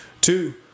two